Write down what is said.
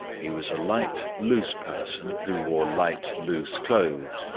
he was a light, loose person, who wore light, loose clothes,